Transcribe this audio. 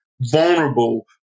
vulnerable